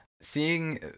seeing